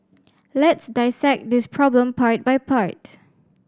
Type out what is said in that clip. let's dissect this problem part by part